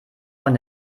von